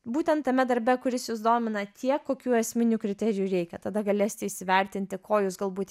būtent tame darbe kuris jus domina tiek kokių esminių kriterijų reikia tada galėsite įsivertinti ko jūs galbūt